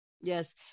Yes